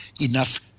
enough